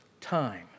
time